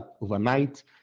overnight